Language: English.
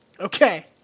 Okay